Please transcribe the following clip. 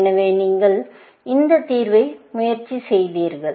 எனவே நீங்கள் இந்த தீர்வை முயற்சித்தீர்கள்